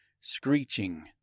screeching